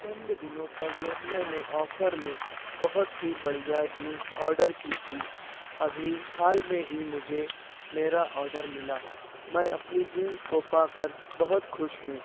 چند دنوں پہلے میں نے آفر میں بہت ہی بڑھیا جینس آڈر کی تھی ابھی حال میں ہی مجھے میرا آڈر ملا میں اپنی جینس کو پا کر بہت خوش ہوں